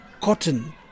cotton